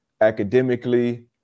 academically